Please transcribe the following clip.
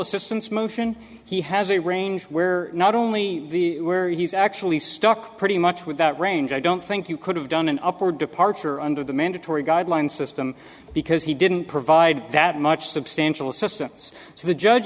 assistance move in he has a range where not only the where he's actually stuck pretty much with that range i don't think you could have done an upward departure under the mandatory guidelines system because he didn't provide that much substantial assistance so the judge